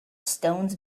stones